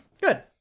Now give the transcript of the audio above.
Good